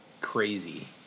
crazy